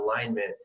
alignment